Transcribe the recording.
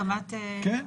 כן.